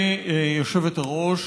אינה נוכחת, חבר הכנסת איל בן ראובן,